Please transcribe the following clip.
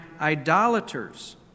idolaters